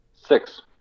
Six